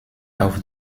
auf